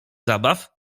zabaw